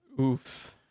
Oof